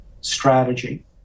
strategy